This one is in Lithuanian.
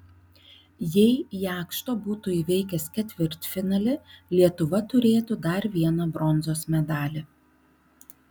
jei jakšto būtų įveikęs ketvirtfinalį lietuva turėtų dar vieną bronzos medalį